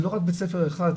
זה לא רק בית ספר אחד,